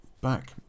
back